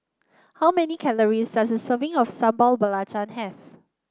how many calories does a serving of Sambal Belacan have